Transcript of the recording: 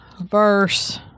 Verse